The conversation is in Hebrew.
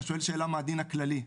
אתה שואל שאלה מהדין הכללי.